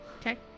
Okay